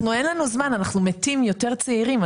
יותר צעירים.